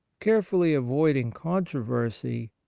care fully avoiding controversy,